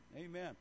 Amen